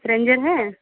फ्रेंजर हैं